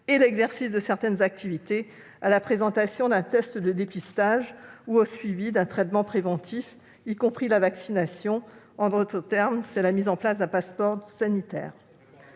et l'exercice de certaines activités à la présentation d'un test de dépistage ou au suivi d'un traitement préventif, y compris la vaccination- en d'autres termes, la mise en place d'un passeport sanitaire.